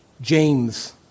James